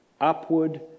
upward